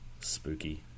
Spooky